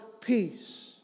peace